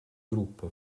gruppo